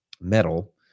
metal